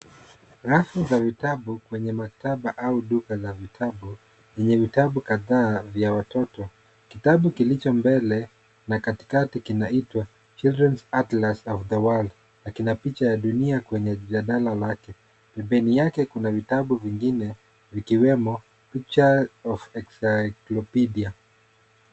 Rafu za vitabu, kwenye maktaba au duka la vitabu, zenye vitabu kadhaa vya watoto . Kitabu kilicho mbele na katikati kinaitwa Childrens Atlas of the World na kina picha ya dunia kwenye jadala lake. Pembeni yake kuna vitabu vingine vikiwemo picture of encyclopedia .